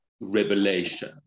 revelation